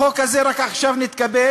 החוק הזה רק עכשיו נתקבל,